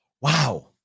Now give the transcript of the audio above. Wow